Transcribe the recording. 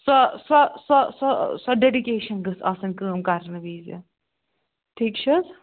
سۄ سۄ سۄ سۄ سۄ ڈیٚڈِکیشن گٔژھ آسن کٲم کرنہ وِزِ ٹھیٖک چھ حظ